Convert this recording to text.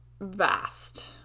vast